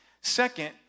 Second